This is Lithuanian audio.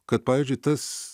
kad pavyzdžiui tas